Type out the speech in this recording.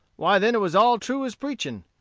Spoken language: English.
why then it was all true as preaching,